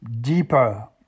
deeper